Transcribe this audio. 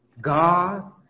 God